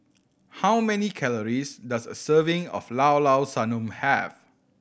how many calories does a serving of Llao Llao Sanum have